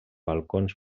balcons